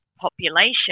population